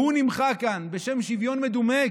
זה שהוא נמחק כאן בשם שוויון מדומה,